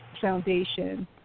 foundation